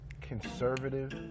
conservative